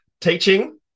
Teaching